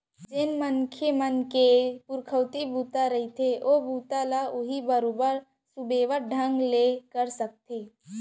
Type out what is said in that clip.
जेन मनसे के जेन पुरखउती बूता रहिथे ओ बूता ल उहीं ह बरोबर सुबेवत ढंग ले कर सकथे